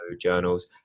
journals